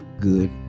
good